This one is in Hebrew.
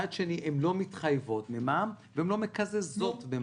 הן לא מתחייבות למע"מ והן לא מקזזות במע"מ.